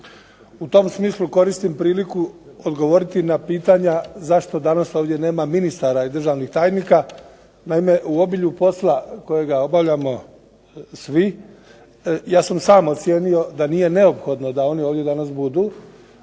U tom smislu, koristim priliku, odgovoriti na pitanja zašto danas ovdje nema ministara i državnih tajnika. Naime, u obilju posla kojega obavljamo svi ja sam sam ocijenio da nije neophodno da oni ovdje danas budu,